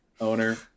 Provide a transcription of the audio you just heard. owner